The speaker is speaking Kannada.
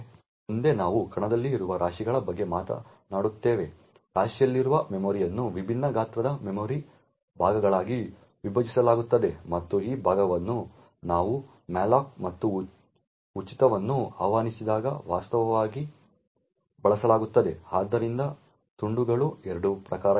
ಮುಂದೆ ನಾವು ಕಣದಲ್ಲಿ ಇರುವ ರಾಶಿಗಳ ಬಗ್ಗೆ ಮಾತನಾಡುತ್ತೇವೆ ರಾಶಿಯಲ್ಲಿರುವ ಮೆಮೊರಿಯನ್ನು ವಿಭಿನ್ನ ಗಾತ್ರದ ಮೆಮೊರಿ ಭಾಗಗಳಾಗಿ ವಿಭಜಿಸಲಾಗುತ್ತದೆ ಮತ್ತು ಈ ಭಾಗಗಳನ್ನು ನಾವು ಮ್ಯಾಲೋಕ್ ಮತ್ತು ಉಚಿತವನ್ನು ಆಹ್ವಾನಿಸಿದಾಗ ವಾಸ್ತವವಾಗಿ ಬಳಸಲಾಗುತ್ತದೆ ಆದ್ದರಿಂದ ತುಂಡುಗಳು 2 ಪ್ರಕಾರಗಳಾಗಿವೆ